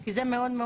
חשוב כי זו התעודה